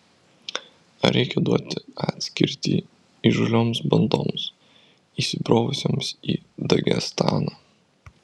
ar reikia duoti atkirtį įžūlioms bandoms įsibrovusioms į dagestaną